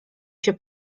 się